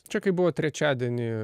čia kai buvo trečiadienį